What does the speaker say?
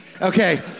Okay